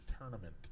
tournament